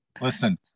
listen